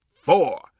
four